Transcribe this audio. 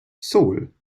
seoul